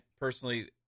personally